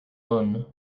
one